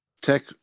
Tech